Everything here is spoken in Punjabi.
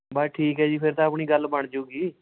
ਬਸ ਠੀਕ ਹੈ ਜੀ ਫਿਰ ਤਾਂ ਆਪਣੀ ਗੱਲ ਬਣਜੂਗੀ